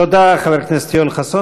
תודה, חבר הכנסת יואל חסון.